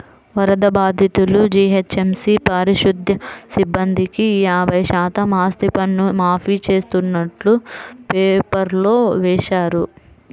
వరద బాధితులు, జీహెచ్ఎంసీ పారిశుధ్య సిబ్బందికి యాభై శాతం ఆస్తిపన్ను మాఫీ చేస్తున్నట్టు పేపర్లో వేశారు